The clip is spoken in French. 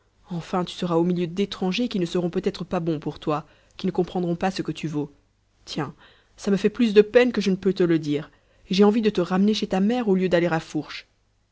enfin tu seras au milieu d'étrangers qui ne seront peut-être pas bons pour toi qui ne comprendront pas ce que tu vaux tiens ça me fait plus de peine que je ne peux te le dire et j'ai envie de te ramener chez ta mère au lieu d'aller à fourche